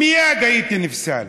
מייד הייתי נפסל,